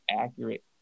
accurate